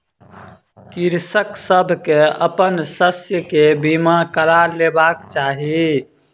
कृषक सभ के अपन शस्य के बीमा करा लेबाक चाही